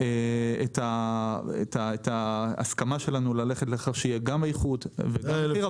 את ההסכמה שלנו ללכת לכך שיהיה גם איכות וגם מחיר,